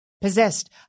possessed